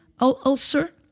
ulcer